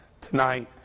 tonight